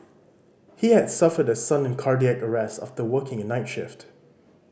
he had suffered a sudden cardiac arrest after working a night shift